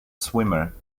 swimmer